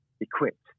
equipped